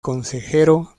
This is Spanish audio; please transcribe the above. consejero